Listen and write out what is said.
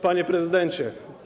Panie Prezydencie!